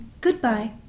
Goodbye